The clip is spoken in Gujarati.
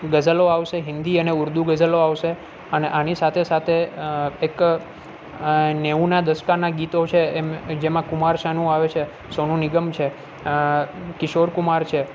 ગઝલો આવશે હિન્દી અને ઉર્દૂ ગઝલો આવશે અને આની સાથે સાથે એક નેવુંના દસકાના ગીતો છે એમ જેમાં કુમાર સાનું આવે છે સોનું નિગમ છે કિશોર કુમાર છે